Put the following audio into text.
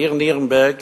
בעיר נירנברג